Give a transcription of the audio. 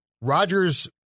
Rodgers